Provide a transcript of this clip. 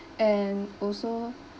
and also